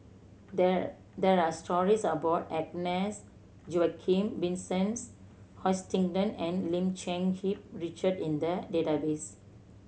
there there are stories about Agnes Joaquim Vincent Hoisington and Lim Cherng Hip Richard in the database